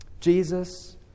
Jesus